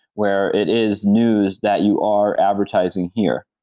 where it is news that you are advertising here.